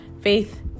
faith